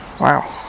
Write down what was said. Wow